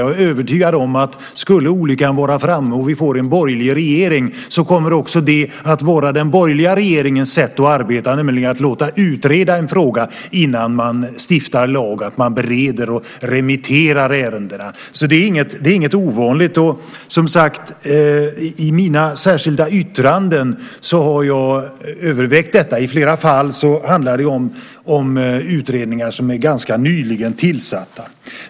Jag är övertygad om att om olyckan skulle vara framme och vi får en borgerlig regering kommer också det att vara den borgerliga regeringens sätt att arbeta, nämligen att låta utreda en fråga innan man stiftar lag, att man bereder och remitterar ärendena. Det är inget ovanligt. I mina särskilda yttranden har jag övervägt detta. I flera fall handlar det om utredningar som är ganska nyligen tillsatta.